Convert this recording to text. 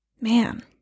Man